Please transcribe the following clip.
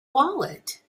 wallet